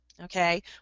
okay